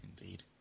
indeed